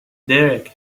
درکاینجا